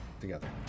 together